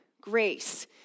Grace